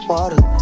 Water